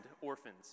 orphans